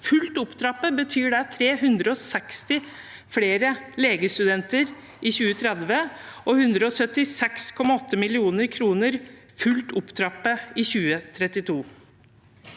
Fullt opptrappet betyr det 360 flere legestudenter i 2030 og 176,8 mill. kr – fullt opptrappet – i 2032.